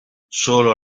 solo